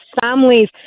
families